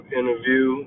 interview